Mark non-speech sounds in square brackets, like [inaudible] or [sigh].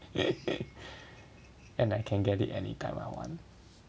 [laughs] and I can get it anytime I want